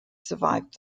survived